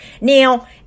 Now